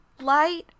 Light